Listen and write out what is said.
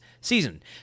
season